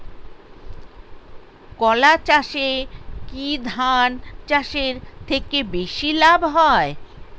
কলা চাষে কী ধান চাষের থেকে বেশী লাভ হয়?